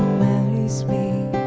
marries me